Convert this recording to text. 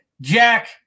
Jack